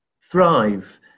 Thrive